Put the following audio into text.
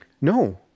No